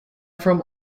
from